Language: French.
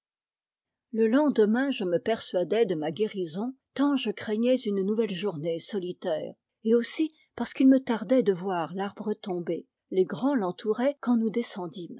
le lendemain je me persuadai de ma gué rison tant je craignais une nouvelle journée solitaire et aussi parce qu'il me tardait de voir l'arbre tombé les grands l'entouraient quand nous descendîmes